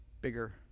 bigger